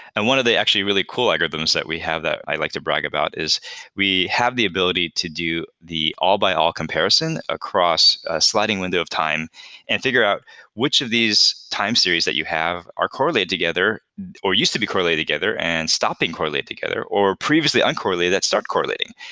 and one of the actually really cool algorithms that we have that i like to brag about is we have the ability to do the all by all comparison across a sliding window of time and figure out which of these time series that you have are correlated together or used to be correlated together and stop being correlated together, or previously uncorrelated that started correlating.